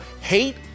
hate